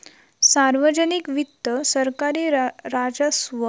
सार्वजनिक वित्त सरकारी राजस्व आणि सार्वजनिक प्राधिकरणांचे सरकारी खर्चांचा आलोकन करतत